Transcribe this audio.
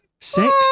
Six